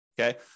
okay